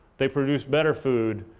they produce better food,